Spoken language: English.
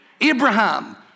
Abraham